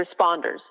responders